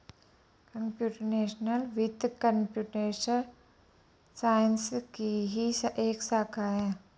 computational वित्त computer science की ही एक शाखा है